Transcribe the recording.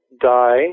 die